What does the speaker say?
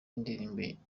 indirimbo